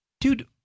Dude